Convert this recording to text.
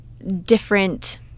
different